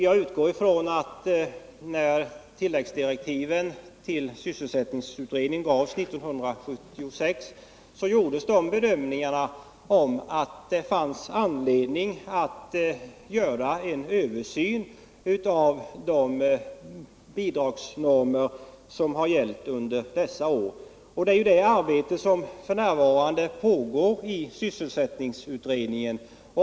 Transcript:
Jag utgår ifrån att man, när tilläggsdirektiven till sysselsättningsutredningen gavs 1976, gjorde bedömningen att det fanns anledning att göra en översyn av de bidragsnormer som hade gällt. Det är också det arbetet som f. n. pågår i sysselsättningsutredningen.